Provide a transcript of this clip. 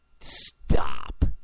Stop